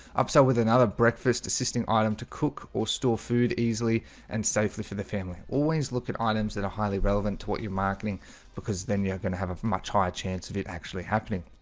upset with another breakfast assisting item to cook or store food easily and safely for the family always look at items that are highly relevant to what you're marketing because then you're going to have a much higher chance of it actually happening